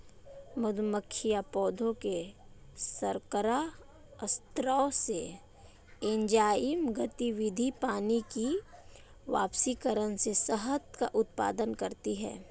मधुमक्खियां पौधों के शर्करा स्राव से, एंजाइमी गतिविधि, पानी के वाष्पीकरण से शहद का उत्पादन करती हैं